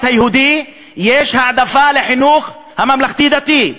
היהודי יש העדפה לחינוך הממלכתי-דתי.